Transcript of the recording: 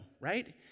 right